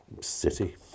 City